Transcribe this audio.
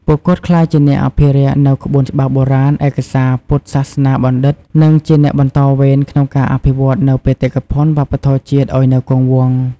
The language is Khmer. ពួកគាត់ក្លាយជាអ្នកអភិរក្សនូវក្បួនច្បាប់បុរាណ ឯកសារ ពុទ្ធសាសនាបណ្ឌិត្យ និងជាអ្នកបន្តវេនក្នុងការអភិវឌ្ឍនូវបេតិកភណ្ឌវប្បធម៌ជាតិឱ្យនៅគង់វង្ស។